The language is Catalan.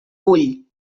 vull